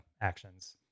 actions